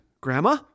grandma